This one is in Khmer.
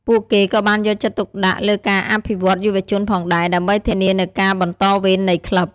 ពួកគេក៏បានយកចិត្តទុកដាក់លើការអភិវឌ្ឍន៍យុវជនផងដែរ ដើម្បីធានានូវការបន្តវេននៃក្លឹប។